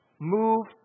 move